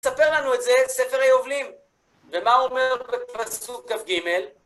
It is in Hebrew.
תספר לנו את זה, ספר היובלים, ומה אומר בפסוק כ"ג?